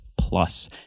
Plus